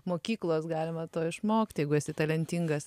mokyklos galima to išmokti jeigu esi talentingas